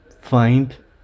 find